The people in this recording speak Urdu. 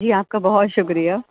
جی آپ کا بہت شکریہ